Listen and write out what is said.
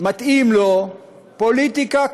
מתאים לו פוליטיקה קטנה,